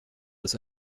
des